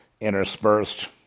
interspersed